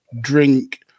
drink